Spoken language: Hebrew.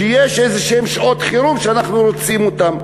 שיש אלו שהן שעות חירום שאנחנו רוצים אותן.